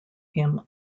him